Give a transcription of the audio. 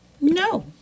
No